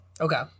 Okay